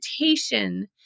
invitation